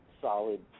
solid